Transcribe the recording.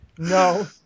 no